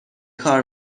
کار